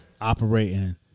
operating